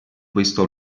questo